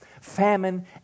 famine